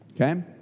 okay